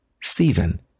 Stephen